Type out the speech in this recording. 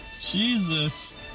Jesus